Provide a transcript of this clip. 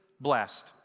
blessed